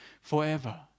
forever